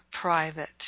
private